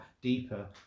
deeper